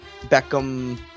Beckham